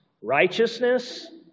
Righteousness